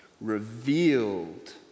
revealed